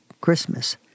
Christmas